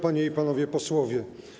Panie i Panowie Posłowie!